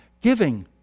giving